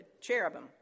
cherubim